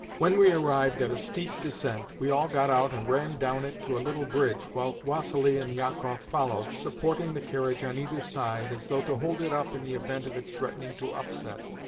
when we arrived at a steep descent, we all got out and ran down it to a little bridge, while vassili and jakoff followed, supporting the carriage on either side, as though to hold it up in the event of its threatening to upset.